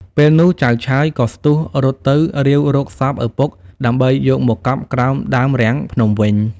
ពេលនោះចៅឆើយក៏ស្ទុះរត់ទៅ រាវរកសពឪពុកដើម្បីយកមកកប់ក្រោមដើមរាំងភ្នំវិញ ។